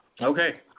Okay